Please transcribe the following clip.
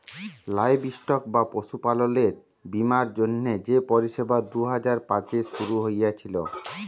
livestock বা পশুপাললের বীমার জ্যনহে যে পরিষেবা দু হাজার পাঁচে শুরু হঁইয়েছিল